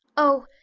oh,